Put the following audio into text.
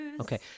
okay